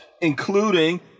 including